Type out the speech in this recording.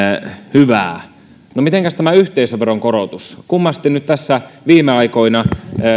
hyvää no mitenkäs tämä yhteisöveron korotus kummasti nyt tässä viime aikoina